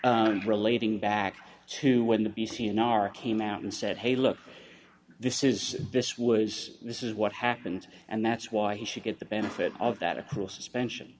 of relating back to when the b c in our came out and said hey look this is this was this is what happens and that's why he should get the benefit of that across suspension